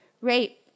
rape